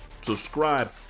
subscribe